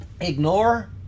ignore